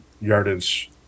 yardage